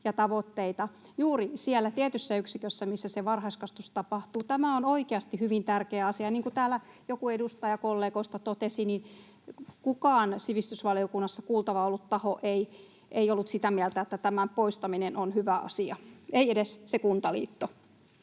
ja tavoitteita juuri siellä tietyssä yksikössä, missä se varhaiskasvatus tapahtuu. Tämä on oikeasti hyvin tärkeä asia. Niin kuin täällä joku edustajakollegoista totesi, niin kukaan sivistysvaliokunnassa kuultavana ollut taho ei ollut sitä mieltä, että tämän poistaminen on hyvä asia — ei edes se Kuntaliitto.